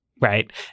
Right